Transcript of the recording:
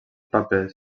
papers